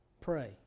Pray